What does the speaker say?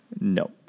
No